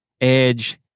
Edge